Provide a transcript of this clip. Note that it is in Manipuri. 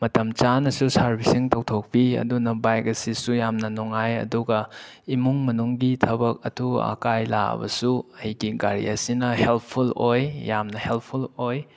ꯃꯇꯝ ꯆꯥꯅꯁꯨ ꯁꯥꯔꯕꯤꯁꯤꯡ ꯇꯧꯊꯣꯛꯄꯤ ꯑꯗꯨꯅ ꯕꯥꯏꯛ ꯑꯁꯤꯁꯨ ꯌꯥꯝꯅ ꯅꯨꯡꯉꯥꯏ ꯑꯗꯨꯒ ꯏꯃꯨꯡ ꯃꯅꯨꯡꯒꯤ ꯊꯕꯛ ꯑꯊꯨ ꯑꯀꯥꯏ ꯂꯥꯛꯂꯕꯁꯨ ꯑꯩꯒꯤ ꯒꯥꯔꯤ ꯑꯁꯤꯅ ꯍꯦꯜꯞꯐꯨꯜ ꯑꯣꯏ ꯌꯥꯝꯅ ꯍꯦꯜꯞꯐꯨꯜ ꯑꯣꯏ